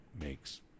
makes